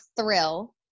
thrill